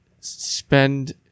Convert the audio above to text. spend